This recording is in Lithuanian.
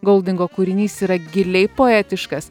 goldingo kūrinys yra giliai poetiškas